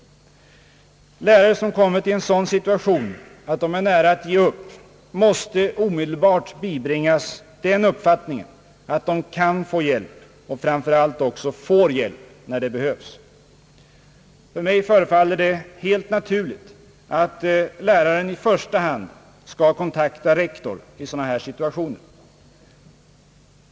Lärare som kommit i en sådan situation att de är nära att ge upp måste omedelbart bibringas den uppfattningen att de kan få hjälp och framför allt också får hjälp när det behövs. För mig förefaller det helt naturligt att läraren i första hand skall kontakta rektor i sådana här situationer.